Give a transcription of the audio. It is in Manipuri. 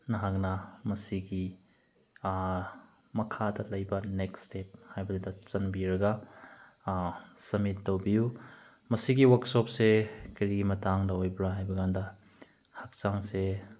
ꯅꯍꯥꯛꯅ ꯃꯁꯤꯒꯤ ꯃꯈꯥꯗ ꯂꯩꯕ ꯅꯦꯛꯁ ꯏꯁꯇꯦꯞ ꯍꯥꯏꯕꯗꯨꯗ ꯆꯪꯕꯤꯔꯒ ꯁꯝꯃꯤꯠ ꯇꯧꯕꯤꯌꯨ ꯃꯁꯤꯒꯤ ꯋꯥꯛꯁꯣꯞꯁꯦ ꯀꯔꯤꯒꯤ ꯃꯇꯥꯡꯗ ꯑꯣꯏꯕ꯭ꯔꯥ ꯍꯥꯏꯕꯀꯥꯟꯗ ꯍꯛꯆꯥꯡꯁꯦ